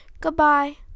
Goodbye